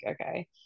okay